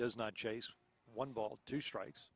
does not chase one ball two strikes